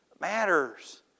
matters